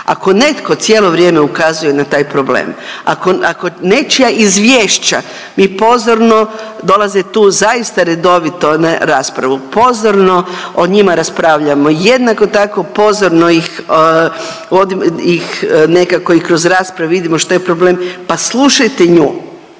Ako netko cijelo vrijeme ukazuje na taj problem, ako nečija izvješća mi pozorno dolaze tu zaista redovito na raspravu, pozorno o njima raspravljamo, jednako tako pozorno ih vodim ih nekako i kroz raspravu vidimo što je problem, pa slušajte nju.